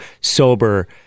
sober